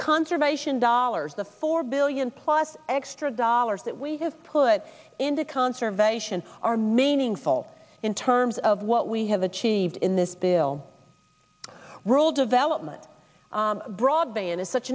conservation dollars the four billion plus extra dollars that we have put into conservation are meaningful in terms of what we have achieved in this bill rural development broadband is such